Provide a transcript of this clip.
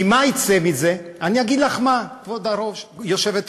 כי מה יצא מזה, כבוד היושבת-ראש?